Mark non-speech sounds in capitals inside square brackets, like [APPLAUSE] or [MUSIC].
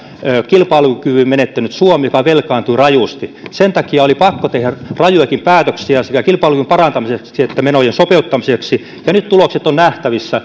kilpailukyvyn menettäneen suomen joka velkaantuu rajusti sen takia oli pakko tehdä rajujakin päätöksiä sekä kilpailukyvyn parantamiseksi että menojen sopeuttamiseksi ja nyt tulokset ovat nähtävissä [UNINTELLIGIBLE]